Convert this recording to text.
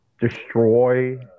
Destroy